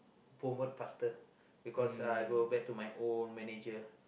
promote faster because uh I go back to my own manager